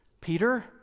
Peter